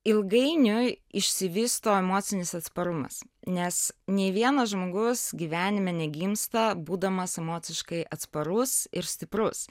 ilgainiui išsivysto emocinis atsparumas nes nei vienas žmogus gyvenime negimsta būdamas emociškai atsparus ir stiprus